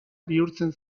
bihurtzen